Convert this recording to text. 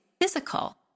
physical